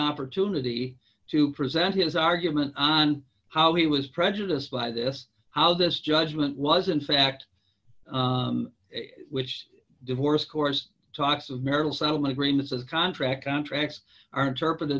opportunity to present his argument on how he was prejudiced by this how this judgement was in fact which divorce course talks of marital settlement agreements of contract contracts are interpreted